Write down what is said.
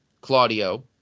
Claudio